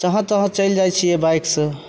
जहाँ तहाँ चलि जाइ छिए बाइकसे